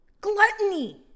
gluttony